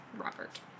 Robert